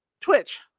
Twitch